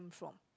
from